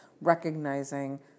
recognizing